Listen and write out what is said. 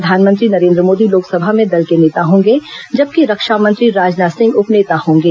प्रधानमंत्री नरेंद्र मोदी लोकसभा में दल के नेता होंगे जबकि रक्षा मंत्री राजनाथ सिंह उप नेता होंगे